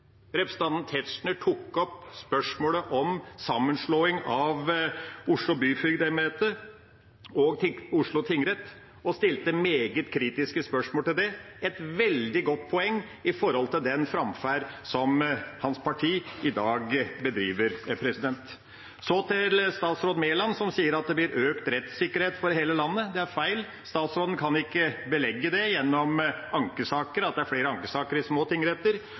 Representanten Tetzschner tok opp spørsmålet om sammenslåing av Oslo byfogdembete og Oslo tingrett og stilte meget kritiske spørsmål til det – et veldig godt poeng i forhold til den framferd som hans parti i dag bedriver. Så til statsråd Mæland, som sier at det blir økt rettssikkerhet for hele landet. Det er feil. Statsråden kan ikke belegge det gjennom ankesaker, at det er flere ankesaker i små